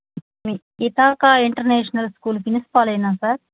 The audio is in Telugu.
ఇతాక ఇంటర్నేషనల్ స్కూల్ ప్రిన్సిపాలేనా సార్